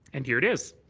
and here it is.